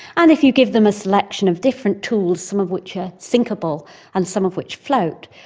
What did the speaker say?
and if you give them a selection of different tools, some of which are sinkable and some of which float,